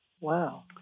Wow